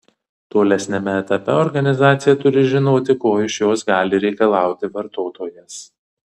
tolesniame etape organizacija turi žinoti ko iš jos gali reikalauti vartotojas